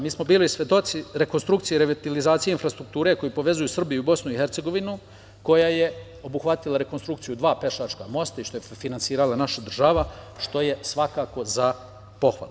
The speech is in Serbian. Mi smo bili svedoci rekonstrukcije i revitalizacije infrastrukture koji povezuju Srbiju i BiH, koja je obuhvatila rekonstrukciju dva pešačka mosta, što je finansirala naša država, što je svakako za pohvalu.